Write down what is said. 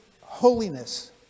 holiness